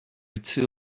ritzy